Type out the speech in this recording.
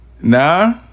nah